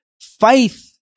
faith